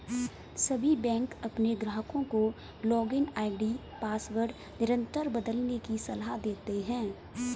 सभी बैंक अपने ग्राहकों को लॉगिन आई.डी पासवर्ड निरंतर बदलने की सलाह देते हैं